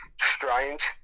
strange